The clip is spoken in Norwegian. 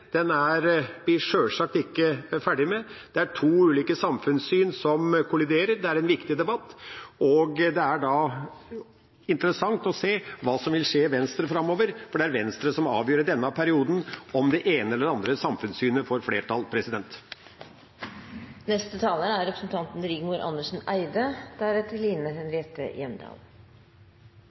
Den er vi sjølsagt ikke ferdig med. Det er to ulike samfunnssyn som kolliderer. Det er en viktig debatt, og det er interessant å se hva som vil skje i Venstre framover, for det er Venstre som avgjør i denne perioden, om det ene eller andre samfunnssynet får flertall.